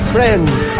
Friends